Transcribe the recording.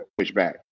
pushback